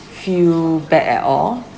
feel bad at all